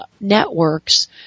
networks